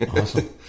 awesome